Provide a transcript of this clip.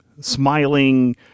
smiling